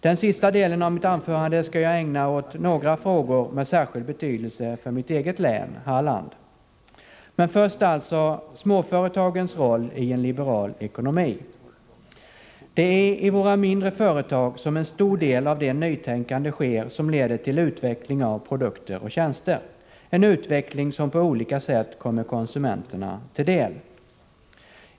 Den sista delen av mitt anförande skall jag ägna åt några frågor med särskild betydelse för mitt eget län, Halland. Först alltså småföretagens roll i en liberal ekonomi. Det är i våra mindre företag som en stor del av det nytänkande sker som leder till utveckling av produkter och tjänster, en utveckling som på olika sätt kommer konsumenterna till del.